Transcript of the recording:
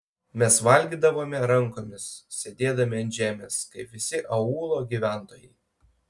mes valgydavome rankomis sėdėdami ant žemės kaip visi aūlo gyventojai